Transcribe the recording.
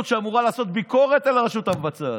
שאמורה לעשות ביקורת על הרשות המבצעת.